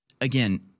Again